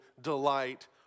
delight